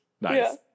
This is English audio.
Nice